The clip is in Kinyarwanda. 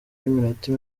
y’iminota